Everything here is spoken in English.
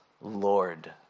Lord